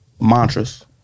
mantras